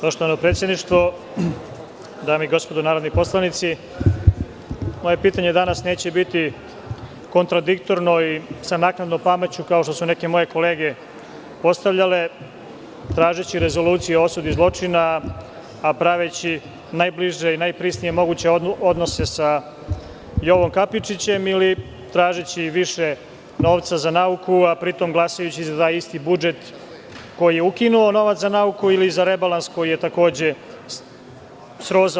Poštovano predsedništvo, dame i gospodo narodni poslanici, moje pitanje danas neće biti kontradiktorno i sa naknadnom pameću, kao što su neke moje kolege postavljale tražeći Rezoluciju o osudi zločina, a praveći najbliže i najprisnije moguće odnose sa Jovom Kapičićem, ili tražeći i više novca za nauku, a pritom glasajući za taj isti budžet, koji je ukinuo novac za nauku ili rebalans, koji je takođe srozao…